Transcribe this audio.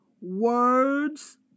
Words